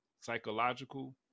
psychological